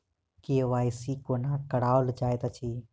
KYC कोना कराओल जाइत अछि?